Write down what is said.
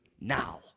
now